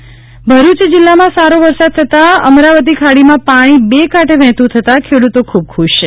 વરસાદ આગાહી ભરૂચ જિલ્લામાં સારો વરસાદ થતા અમરાવતી ખાડીમાં પાણી બે કાંઠે વહેતું થતા ખેડૂતો ખુબ ખુશ છે